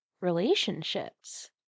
relationships